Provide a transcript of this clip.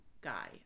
guy